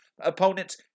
opponents